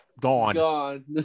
Gone